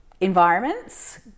environments